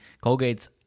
Colgate's